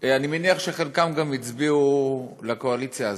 אני מניח שחלקם גם הצביעו לקואליציה הזאת,